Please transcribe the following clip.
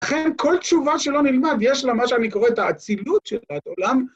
לכן כל תשובה שלא נלמד יש לה מה שאני קורא את האצילות של העת עולם.